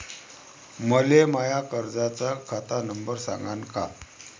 मले माया कर्जाचा खात नंबर सांगान का?